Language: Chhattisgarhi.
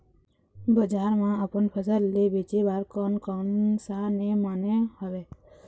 बजार मा अपन फसल ले बेचे बार कोन कौन सा नेम माने हवे?